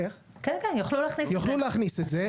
יוכלו להכניס את זה.